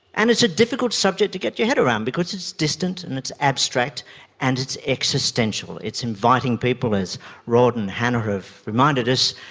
and it's a difficult subject to get your head around because it's distant and it's abstract and it's existential, and it's inviting people, as rod and hannah have reminded us,